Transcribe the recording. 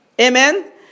Amen